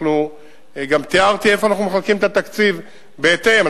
וגם תיארתי איפה אנחנו מחלקים את התקציב בהתאם.